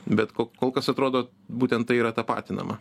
bet ko kol kas atrodo būtent tai yra tapatinama